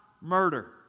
murder